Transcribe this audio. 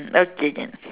okay can